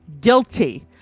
guilty